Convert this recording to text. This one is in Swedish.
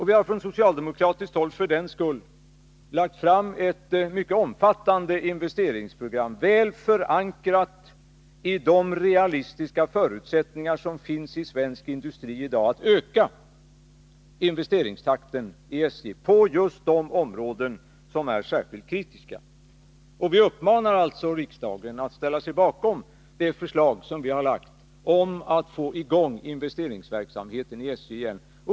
Vi har från socialdemokratiskt håll för den skulllagt fram ett mycket omfattande investeringsprogram, väl förankrat i de realistiska förutsättningar som finns i svensk industri i dag att öka investeringstakten i SJ på just de områden som är särskilt kritiska. Vi uppmanar alltså riksdagen att ställa sig bakom det förslag vi har lagt fram om att få i gång investeringsverksamheten i SJ igen.